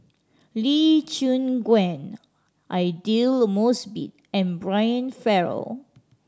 Lee Choon Guan Aidli Mosbit and Brian Farrell